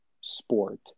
sport